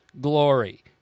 glory